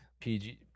PG